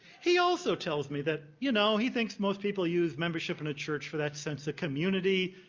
he also tells me that, you know, he thinks most people use membership in a church for that sense of community.